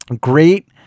great